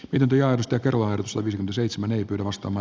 pitempi askel kerrallaan sovi seitsemän ei perustama